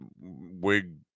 wig